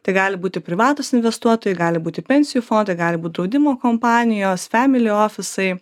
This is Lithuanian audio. tai gali būti privatūs investuotojai gali būti pensijų fondai gali būt draudimo kompanijos family ofisai